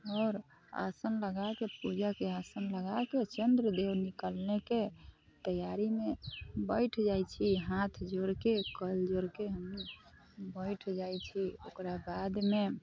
आओर आसन लगाके पूजाके आसन लगाके चन्द्रदेव निकलनेके तैयारीमे बैठि जाइ छी हाथ जोरके कल जोरके हमनी बैठि जाइ छी ओकराबादमे